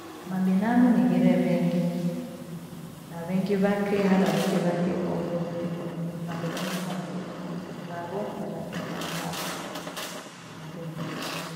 Mabinadamu nighire vengi na vengi vakeha na vengi vakigoho. Vakikununie vandu vemfuma vekina majukumu vavo. Mira niku na binamu niure vengi.